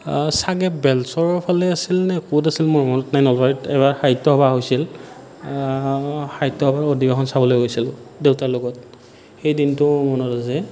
চাগে বেলচৰৰ ফালে আছিল নে ক'ত আছিল মোৰ মনত নাই নলবাৰীত এবাৰ সাহিত্যসভা হৈছিল সাহিত্যসভাৰ অধিৱেশন চাবলৈ গৈছিলোঁ দেউতাৰ লগত সেই দিনটো মনত আছে